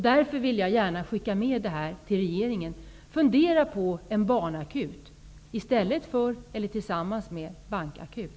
Därför vill jag gärna skicka med detta till regeringen: Fundera på en barnakut i stället för eller tillsammans med en bankakut!